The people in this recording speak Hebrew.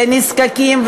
לנזקקים,